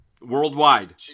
Worldwide